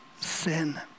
sin